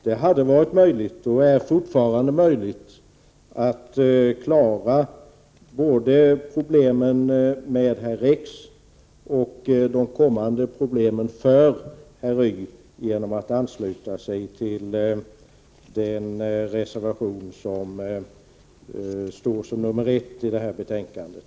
Det hade varit möjligt och är fortfarande möjligt att klara både problemen med herr X och de kommande problemen för herr Y genom att ansluta sig till den reservation som står för nr 1 vid det här betänkandet.